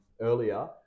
earlier